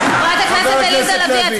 חברת הכנסת עליזה לביא,